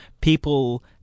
people